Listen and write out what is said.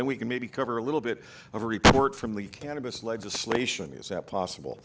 then we can maybe cover a little bit of a report from the cannabis legislation is that possible